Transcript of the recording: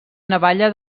navalla